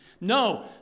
No